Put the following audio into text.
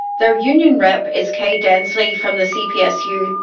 their union rep is kay densley from the cpsu.